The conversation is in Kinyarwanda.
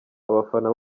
abafana